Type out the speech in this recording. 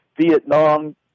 Vietnam